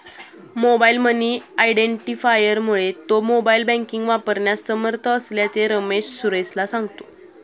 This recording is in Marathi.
मोबाईल मनी आयडेंटिफायरमुळे तो मोबाईल बँकिंग वापरण्यास समर्थ असल्याचे रमेश सुरेशला सांगतो